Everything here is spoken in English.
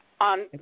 On